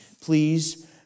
please